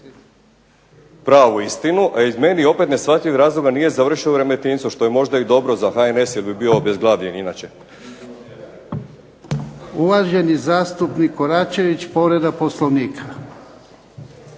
pravu istinu. A iz meni opet neshvatljivih razloga nije završio u Remetincu što je možda i dobro za HNS jer bi bio obezglavljen inače. **Jarnjak, Ivan (HDZ)** Uvaženi zastupnik Koračević, povreda Poslovnika.